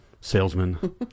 salesman